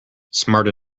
smart